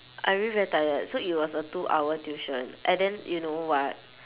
I really very tired so it was a two hours tuition and then you know what